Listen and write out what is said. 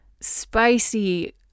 spicy